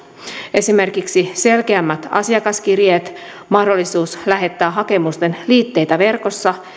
esimerkiksi selkeämmät asiakaskirjeet mahdollisuus lähettää hakemusten liitteitä verkossa